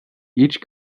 each